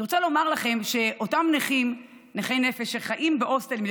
אני רוצה לומר לכם שאותם נכי נפש שחיים בהוסטלים,